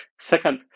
Second